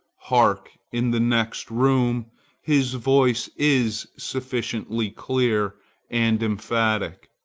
hark! in the next room his voice is sufficiently clear and emphatic.